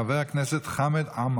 חבר הכנסת חמד עמאר,